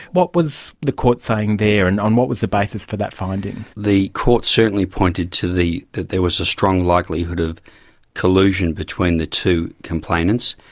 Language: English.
what was the court saying there? and on what was the basis for that finding? the court certainly pointed to the, that there was a strong likelihood of collusion between the two complainants,